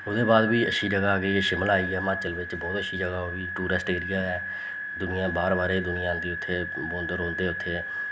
ओह्दे बाद फ्ही अच्छी जगह् आई गेई शिमला आई गेआ म्हाचल बिच्च बोह्त अच्छी जगह् ओह् बी टूरिस्ट ऐरिया ऐ दुनिया बाह्र बाह्र दी दुनिया आंदी उत्थें बौंह्दे रौंह्दे उत्थें